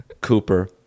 Cooper